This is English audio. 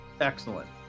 Excellent